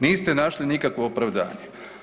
Niste našli nikakvo opravdanje.